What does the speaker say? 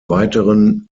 weiteren